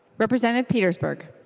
representative petersburg